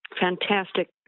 fantastic